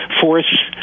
force